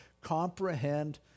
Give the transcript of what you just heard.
comprehend